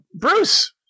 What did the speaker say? Bruce